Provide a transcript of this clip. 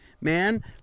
man